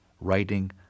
writing